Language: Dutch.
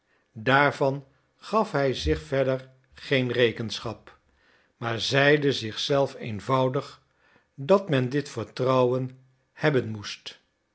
daarvan gaf hij zich verder geen rekenschap maar zeide zich zelf eenvoudig dat men dit vertrouwen hebben moest